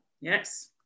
Yes